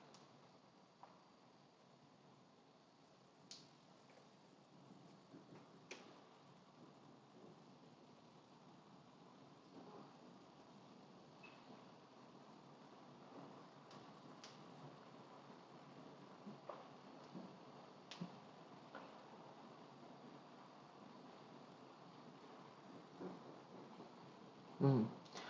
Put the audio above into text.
mm